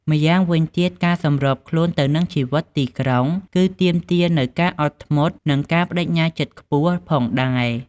ម្យ៉ាងវិញទៀតការសម្របខ្លួនទៅនឹងជីវិតទីក្រុង គឺទាមទារនូវការអត់ធ្មត់ និងការប្ដេជ្ញាចិត្តខ្ពស់ផងដែរ។